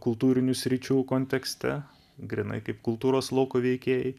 kultūrinių sričių kontekste grynai kaip kultūros lauko veikėjai